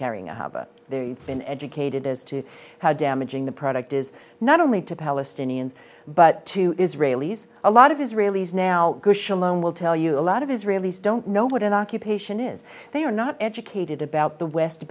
carrying on haven't they been educated as to how damaging the product is not only to palestinians but to israelis a lot of israelis now will tell you a lot of israelis don't know what an occupation is they are not educated about the west